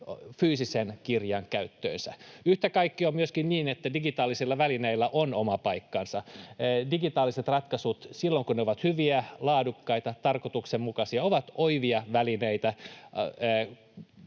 fyysisen kirjan käyttöönsä. Yhtä kaikki on myöskin niin, että digitaalisilla välineillä on oma paikkansa. Digitaaliset ratkaisut silloin, kun ne ovat hyviä, laadukkaita, tarkoituksenmukaisia, ovat oivia välineitä